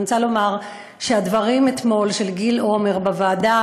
אני רוצה לדבר על הדברים של גיל עומר בוועדה